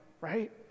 right